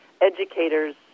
educators